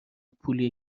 پولیه